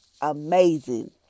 amazing